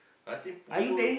I think punggol